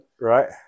Right